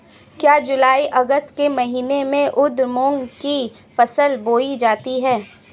क्या जूलाई अगस्त के महीने में उर्द मूंग की फसल बोई जाती है?